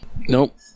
Nope